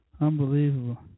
Unbelievable